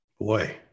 Boy